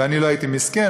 ואני לא הייתי מסכן.